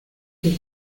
que